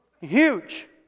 huge